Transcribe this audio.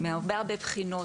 מהרבה הרבה בחינות,